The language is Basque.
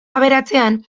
aberatsean